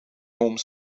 home